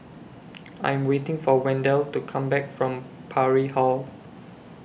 I'm waiting For Wendell to Come Back from Parry Hall